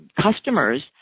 customers